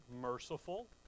merciful